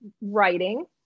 writing